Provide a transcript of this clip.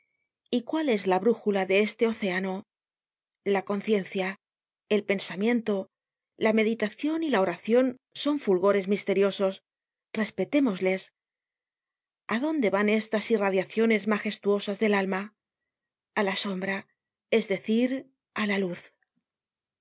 y cuál es la brújula de este océano la conciencia el pensamiento la meditacion y la oracion son fulgores misteriosos respetémosles a dónde van estas irradiaciones magestuosas del alma a la sombra es decir á la luz la